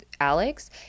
Alex